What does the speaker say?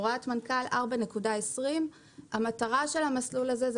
הוראת מנכ"ל 4.20. המטרה של המסלול הזה היא